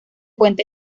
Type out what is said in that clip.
puente